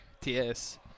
TS